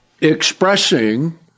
expressing